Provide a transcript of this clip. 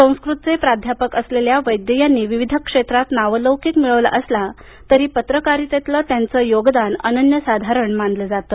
संस्कृतचे प्राध्यापक असलेल्या वैद्य यांनी विविध क्षेत्रात नावलौकिक मिळवला असला तरी पत्रकारितेतील त्यांचं योगदान अनन्यसाधारण मानलं जातं